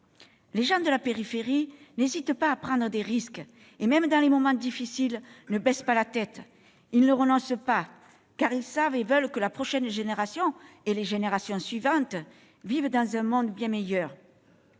Les gens de la périphérie n'hésitent pas à prendre des risques et, même dans les moments difficiles, ne baissent pas la tête ; ils ne renoncent pas, car ils veulent que la prochaine génération et les suivantes vivent dans un monde bien meilleur.